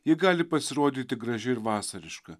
ji gali pasirodyti graži ir vasariška